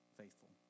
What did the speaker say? faithful